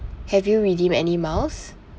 have you redeem any miles